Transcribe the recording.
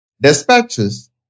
dispatches